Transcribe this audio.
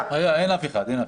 היה, אין אף אחד.